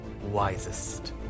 wisest